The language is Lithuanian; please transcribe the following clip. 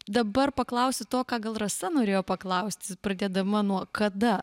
dabar paklausiu to ką gal rasa norėjo paklausti pradėdama nuo kada